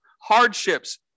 hardships